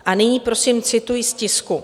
A nyní prosím cituji z tisku: